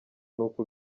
n’uko